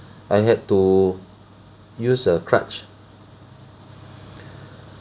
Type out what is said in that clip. I had to use a crutch